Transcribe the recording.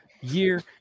year